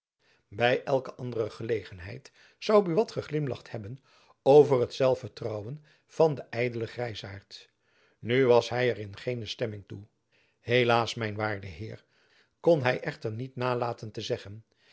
by elke andere gelegenheid zoû buat geglimlacht hebben over het zelfvertrouwen van den ydelen grijzaart nu was hy er in geene stemming toe helaas mijn waarde heer kon hy echter niet nalaten te zeggen